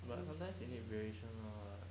but like some time you need variation [what]